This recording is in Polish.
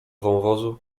wąwozu